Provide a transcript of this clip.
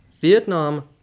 Vietnam